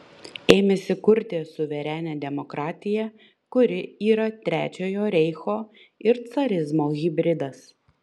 ėmėsi kurti suverenią demokratiją kuri yra trečiojo reicho ir carizmo hibridas